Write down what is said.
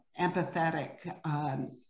empathetic